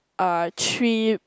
uh three